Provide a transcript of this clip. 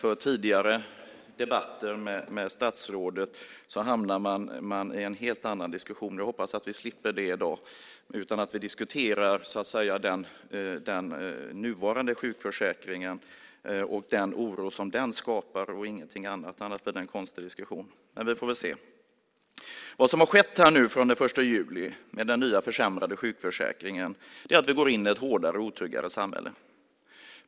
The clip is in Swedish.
I tidigare debatter med statsrådet har man nämligen hamnat i en helt annan diskussion, och jag hoppas att vi ska slippa det i dag och att vi ska diskutera den nuvarande sjukförsäkringen och den oro som den skapar och ingenting annat. Annars blir det en konstig diskussion. Men vi får väl se. Vad som har skett från och med den 1 juli med den nya försämrade sjukförsäkringen är att vi går in i ett hårdare och otryggare samhälle.